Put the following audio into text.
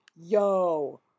yo